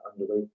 underway